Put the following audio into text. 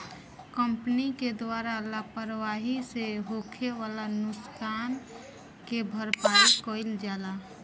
company के द्वारा लापरवाही से होखे वाला नुकसान के भरपाई कईल जाला